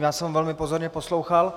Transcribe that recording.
Já jsem ho velmi pozorně poslouchal.